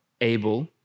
able